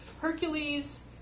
Hercules